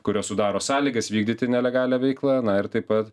kurios sudaro sąlygas vykdyti nelegalią veiklą na ir taip pat